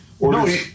No